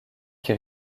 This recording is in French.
qui